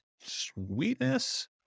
Sweetness